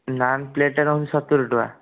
ନାନ୍ ପ୍ଳେଟଟା ନେଉଛି ସତୁରି ଟଙ୍କା